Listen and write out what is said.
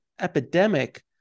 epidemic